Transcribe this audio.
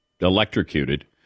electrocuted